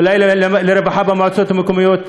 אולי לרווחה במועצות המקומיות.